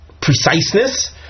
preciseness